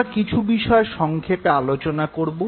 আমরা কিছু বিষয় সংক্ষেপে আলোচনা করব